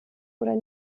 oder